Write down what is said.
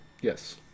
Yes